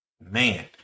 Man